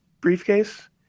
briefcase